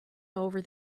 over